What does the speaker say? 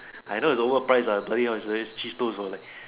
I know its overprice lah bloody hell they selling cheese toast for like